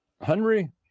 Henry